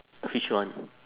which one